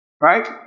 Right